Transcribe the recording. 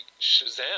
shazam